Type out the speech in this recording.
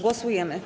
Głosujemy.